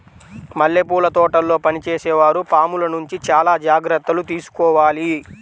మల్లెపూల తోటల్లో పనిచేసే వారు పాముల నుంచి చాలా జాగ్రత్తలు తీసుకోవాలి